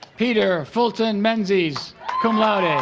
peter fulton menzies cum laude